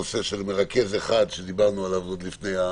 שאחראי על כל הנושא הזה ובודק שנעשים כל פעם